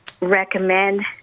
recommend